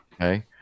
Okay